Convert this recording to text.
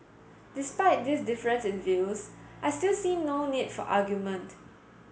despite this difference in views I still see no need for argument